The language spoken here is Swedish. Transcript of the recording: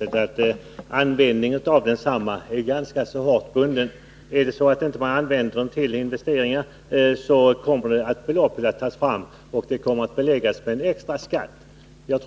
Herr talman! Reglerna för användningen av investeringsreserven är ganska hårda. Använder man inte medlen till investeringar utan till någonting annat beläggs det uttagna beloppet med en extra skatt. Den